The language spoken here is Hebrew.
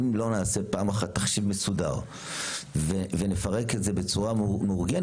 אם לא נעשה פעם אחת תחשיב מסודר ונפרק את זה בצורה מאורגנת,